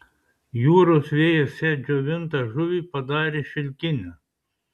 jūros vėjas šią džiovintą žuvį padarė šilkinę